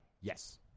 yes